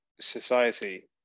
society